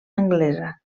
anglesa